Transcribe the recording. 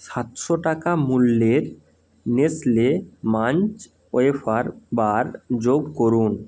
সাতশো টাকা মূল্যের নেসলে মাঞ্চ ওয়েফার বার যোগ করুন